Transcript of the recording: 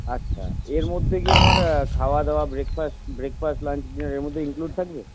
আচ্ছা এর মধ্যে কি আমার খাওয়াদাওয়া ব্রেকফাস্ট ব্রেকফাস্ট লাঞ্চ ডিনারের মধ্যেই ইনক্লুড থাকবে